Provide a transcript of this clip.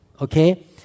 Okay